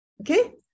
okay